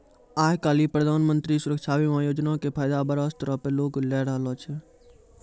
आइ काल्हि प्रधानमन्त्री सुरक्षा बीमा योजना के फायदा बड़ो स्तर पे लोग लै रहलो छै